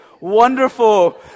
wonderful